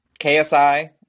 KSI